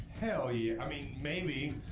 hell, yeah i mean maybe,